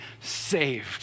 saved